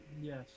Yes